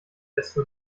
desto